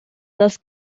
das